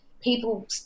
people